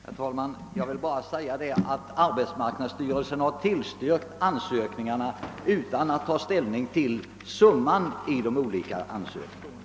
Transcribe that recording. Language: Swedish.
Herr talman! Jag vill bara säga att arbetsmarknadsstyrelsen har tillstyrkt ansökningarna utan att ta ställning till summan i de olika ansökningarna.